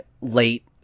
late